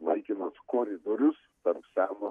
laikinas koridorius tarp seno